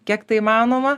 kiek tai įmanoma